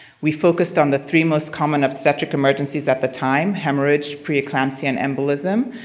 we focused on the three most commons obstetric emergencies at the time hemorrhage, preeclampsia, and embolism.